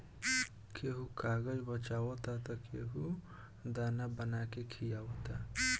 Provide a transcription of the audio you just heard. कोई कागज बचावता त केहू दाना बना के खिआवता